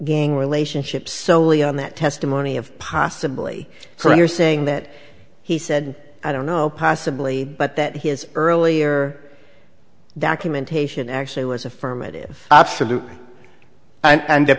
predicating relationship solely on that testimony of possibly for saying that he said i don't know possibly but that his earlier documentation actually was affirmative absolute and